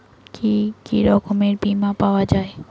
কি কি রকমের বিমা পাওয়া য়ায়?